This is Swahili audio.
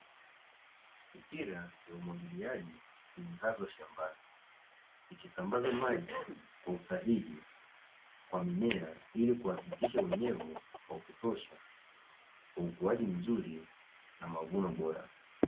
Mipira ya umwagiliaji imelazwa shambani ukisambaza maji kwa usahihi kwa mimea, ili kuhakikisha unyevu wa kutosha kwa ukuaji mzuri na mavuno bora.